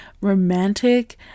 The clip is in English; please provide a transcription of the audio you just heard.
romantic